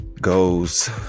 goes